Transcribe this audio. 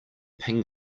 ping